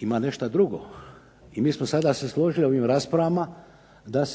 ima nešto drugo i mi smo sada se složili u ovim raspravama da